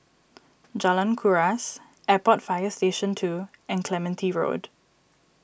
Jalan Kuras Airport Fire Station two and Clementi Road